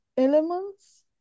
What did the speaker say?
elements